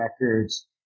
records